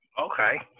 Okay